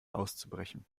auszubrechen